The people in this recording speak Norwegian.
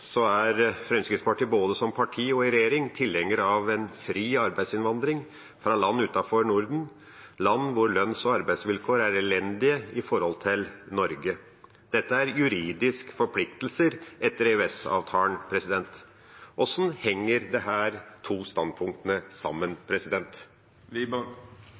er Fremskrittspartiet både som parti og i regjering tilhengere av fri arbeidsinnvandring fra land utenfor Norden, land hvor lønns- og arbeidsvilkår er elendige i forhold til Norge. Dette er juridiske forpliktelser etter EØS-avtalen. Hvordan henger disse to standpunktene sammen? Det er to